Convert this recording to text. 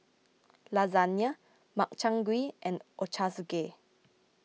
Lasagne Makchang Gui and Ochazuke